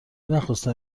نخواستم